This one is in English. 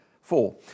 Four